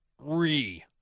re